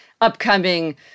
upcoming